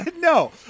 No